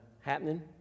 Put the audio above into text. happening